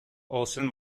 olsen